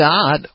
God